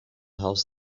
house